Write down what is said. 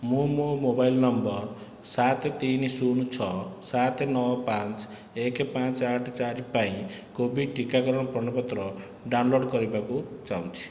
ମୁଁ ମୋ mobile number ସାତ ତିନି ଶୂନ ଛଅ ସାତ ନଅ ପାଞ୍ଚ ଏକ ପାଞ୍ଚ ଆଠ ଚାରି ପାଇଁ କୋଭିଡ଼୍ ଟିକାକରଣ ପ୍ରମାଣପତ୍ର ଡାଉନଲୋଡ଼୍ କରିବାକୁ ଚାହୁଁଛି